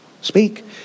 speak